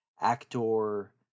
actor